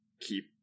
keep